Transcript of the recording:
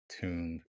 tuned